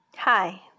Hi